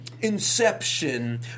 Inception